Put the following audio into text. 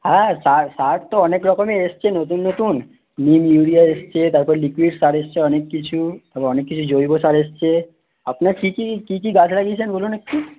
হ্যাঁ সার সার তো অনেক রকমের এসেছে নতুন নতুন নিউ ইউরিয়ার এসেছে তারপর লিকুইড সার এসেছে অনেক কিছু আবার অনেক কিছু জৈব সার এসেছে আপনার কী কী কী কী গাছ লাগিয়েছেন বলুন একটু